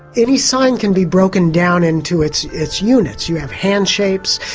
any sign can be broken down into its its units. you have hand-shapes,